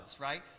right